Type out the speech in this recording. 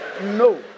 No